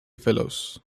fellows